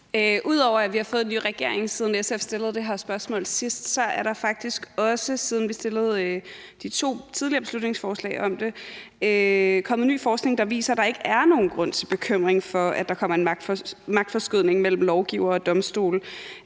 Ud over at vi har fået en ny regering, er der, siden SF fremsatte det her forslag sidst, faktisk siden vi fremsatte de to tidligere beslutningsforslag om det, kommet ny forskning, der viste, er der ikke er nogen grund til bekymring for, at der kommer en magtforskydning mellem lovgiver og domstole.